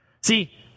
See